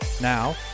Now